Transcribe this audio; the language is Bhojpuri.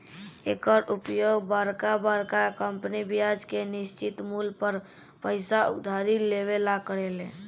एकर उपयोग बरका बरका कंपनी ब्याज के निश्चित मूल पर पइसा उधारी लेवे ला करेले